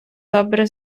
добре